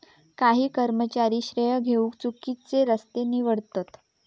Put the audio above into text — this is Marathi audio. काही कर्मचारी श्रेय घेउक चुकिचे रस्ते निवडतत